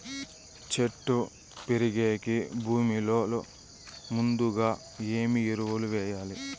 చెట్టు పెరిగేకి భూమిలో ముందుగా ఏమి ఎరువులు వేయాలి?